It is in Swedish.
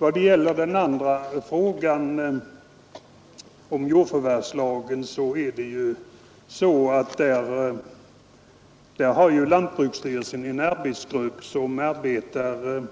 Vad gäller den andra frågan, som avser jordförvärvslagen, har lantbruksstyrelsen en arbetsgrupp. Den arbetar